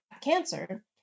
cancer